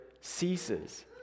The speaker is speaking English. ceases